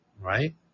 right